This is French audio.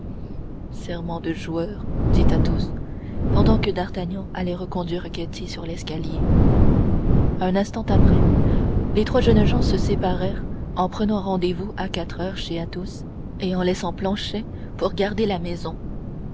serment de joueur dit athos pendant que d'artagnan allait reconduire ketty sur l'escalier un instant après les trois jeunes gens se séparèrent en prenant rendez-vous à quatre heures chez athos et en laissant planchet pour garder la maison